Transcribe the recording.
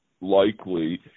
likely